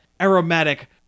aromatic